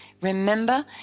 Remember